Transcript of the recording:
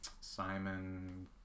Simon